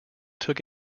took